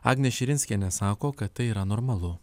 agnė širinskienė sako kad tai yra normalu